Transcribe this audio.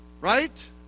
right